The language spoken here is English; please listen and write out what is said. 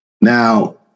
Now